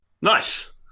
Nice